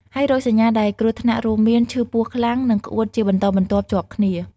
ហើយរោគសញ្ញាដែលគ្រោះថ្នាក់រួមមាន ឈឺពោះខ្លាំង និងក្អួតជាបន្តបន្ទាប់ជាប់គ្នា។